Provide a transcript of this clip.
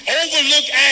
overlooked